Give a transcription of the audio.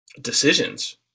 decisions